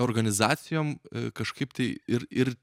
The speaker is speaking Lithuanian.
organizacijom kažkaip tai ir ir